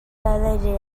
dilated